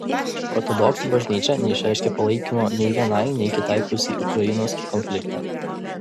ortodoksų bažnyčia neišreiškė palaikymo nei vienai nei kitai pusei ukrainos konflikte